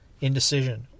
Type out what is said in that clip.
indecision